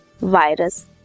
virus